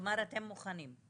כלומר אתם מוכנים.